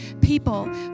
people